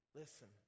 listen